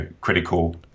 critical